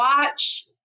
watch